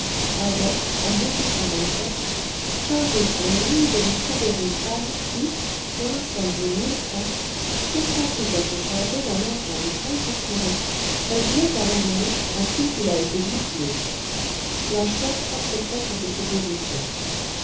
avait en chargé tournemine de lui trouver une femme qui pour la somme de mille francs consentît à se charger d'un enfant de cinq ou six ans qu'on voulait abandonner ainsi qu'il a été dit plus haut la chouette accepta cette proposition